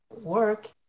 work